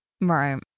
Right